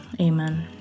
Amen